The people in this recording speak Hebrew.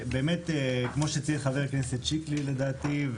כמו שציין חבר הכנסת שיקלי לדעתי,